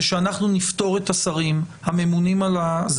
שאנחנו נפטור את השרים הממונים על הזה.